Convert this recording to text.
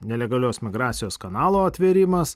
nelegalios migracijos kanalo atvėrimas